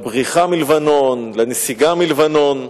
לבריחה מלבנון, לנסיגה מלבנון.